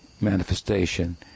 manifestation